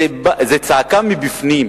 זה צעקה מבפנים.